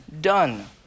done